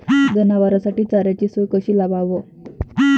जनावराइसाठी चाऱ्याची सोय कशी लावाव?